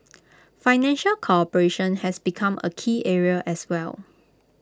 financial cooperation has become A key area as well